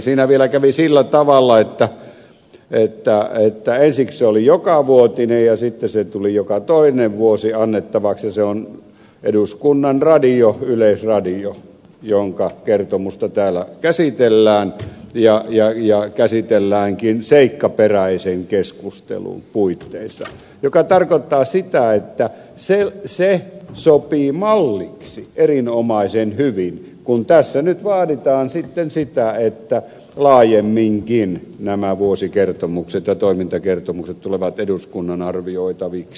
siinä vielä kävi sillä tavalla että ensiksi se oli jokavuotinen ja sitten se tuli joka toinen vuosi annettavaksi ja se on eduskunnan radio yleisradio jonka kertomusta täällä käsitellään ja käsitelläänkin seikkaperäisen keskustelun puitteissa mikä tarkoittaa sitä että se sopii malliksi erinomaisen hyvin kun tässä nyt vaaditaan sitten sitä että laajemminkin nämä vuosi ja toimintakertomukset tulevat eduskunnan arvioitaviksi